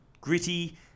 gritty